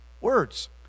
words